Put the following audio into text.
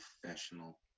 professional